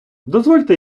дозвольте